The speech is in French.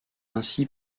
ainsi